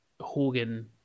Hogan